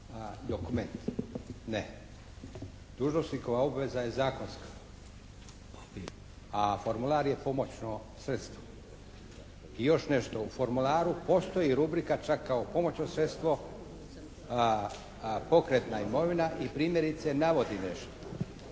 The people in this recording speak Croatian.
dokument. Ne. Dužnosnikova obveza je zakonska, a formular je pomoćno sredstvo. I još nešto. U formularu postoji rubrika čak kao pomoćno sredstvo pokretna imovina i primjerice navodi nešto.